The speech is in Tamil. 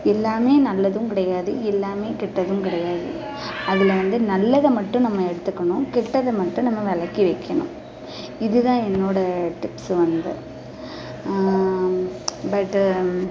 எல்லாமே நல்லதும் கிடையாது எல்லாமே கெட்டதும் கிடையாது அதில் வந்து நல்லதை மட்டும் நம்ம எடுத்துக்கணும் கெட்டதை மட்டும் நம்ம விலக்கி வைக்கணும் இதுதான் என்னோடய டிப்ஸ்ஸு வந்து பட்டு